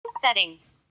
Settings